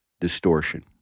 distortion